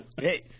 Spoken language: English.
Hey